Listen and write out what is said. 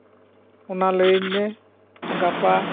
ᱚᱱᱟ ᱞᱟᱹᱭᱟᱹᱧ ᱢᱮ ᱜᱟᱯᱟ